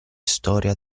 storia